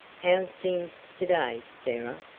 how's things to-day, sarah?